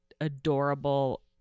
adorable